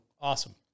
awesome